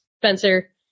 Spencer